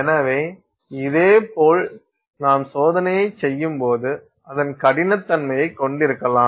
எனவே இதேபோல் நாம் சோதனையைச் செய்யும்போது அதன் கடினத்தன்மையை கொண்டிருக்கலாம்